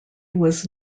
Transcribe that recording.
was